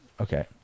Okay